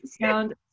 sound